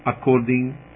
According